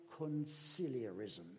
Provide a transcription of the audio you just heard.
conciliarism